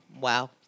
Wow